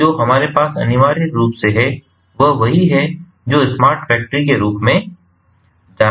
तो जो हमारे पास अनिवार्य रूप से है वह वही है जो स्मार्ट फैक्टरी के रूप में जाना जाता है